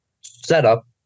setup